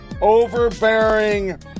overbearing